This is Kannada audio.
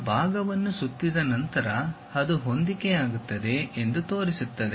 ಆ ಭಾಗವನ್ನು ಸುತ್ತಿದ ನಂತರ ಅದು ಹೊಂದಿಕೆಯಾಗುತ್ತದೆ ಎಂದು ತೋರಿಸುತ್ತದೆ